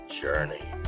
journey